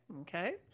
Okay